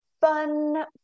fun